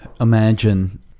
imagine